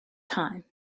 time